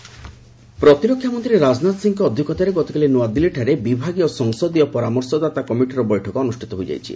Rajnath BRO ପ୍ରତିରକ୍ଷା ମନ୍ତ୍ରୀ ରାଜନାଥ ସିଂହଙ୍କ ଅଧ୍ୟକ୍ଷତାରେ ଗତକାଲି ନ୍ତଆଦିଲ୍ଲୀଠାରେ ବିଭାଗୀୟ ସଂସଦୀୟ ପରାମର୍ଶଦାତା କମିଟିର ବୈଠକ ଅନୁଷ୍ଠିତ ହୋଇଯାଇଛି